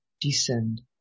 descend